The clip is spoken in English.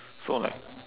so like